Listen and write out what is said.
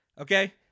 okay